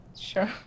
Sure